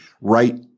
right